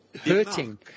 hurting